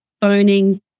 phoning